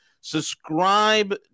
subscribe